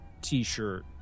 t-shirt